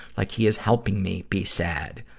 like he is helping me be sad.